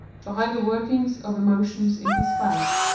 to hide the workings of emotion in his face,